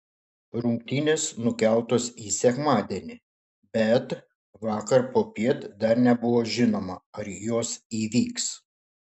rungtynės nukeltos į sekmadienį bet vakar popiet dar nebuvo žinoma ar jos įvyks